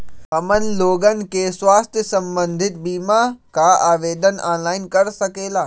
हमन लोगन के स्वास्थ्य संबंधित बिमा का आवेदन ऑनलाइन कर सकेला?